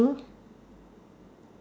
o